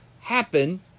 happen